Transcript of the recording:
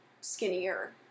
skinnier